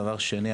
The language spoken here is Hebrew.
דבר שני,